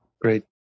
Great